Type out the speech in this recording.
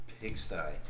pigsty